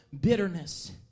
bitterness